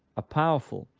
a powerful,